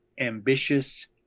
ambitious